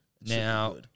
Now